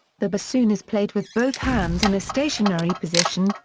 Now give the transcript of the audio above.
the bassoon is played with both hands in a stationary position,